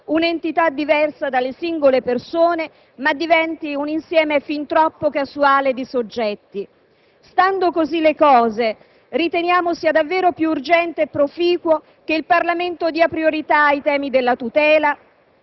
un'entità diversa dalle singole persone, ma diventi un insieme fin troppo casuale di soggetti. Stando così le cose, riteniamo sia davvero più urgente e proficuo che il Parlamento dia priorità ai temi della tutela,